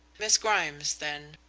miss grimes, then,